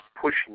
pushing